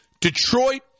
Detroit